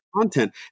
content